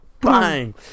Bang